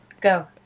Go